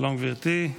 שלום, גברתי.